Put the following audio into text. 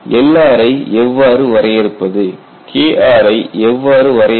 Lr ஐ எவ்வாறு வரையறுப்பது Kr ஐ எவ்வாறு வரையறுப்பது